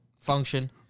function